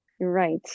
right